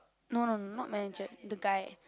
no no no not manager the guy